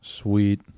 Sweet